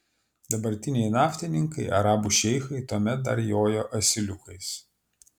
dabartiniai naftininkai arabų šeichai tuomet dar jojo asiliukais